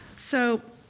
so.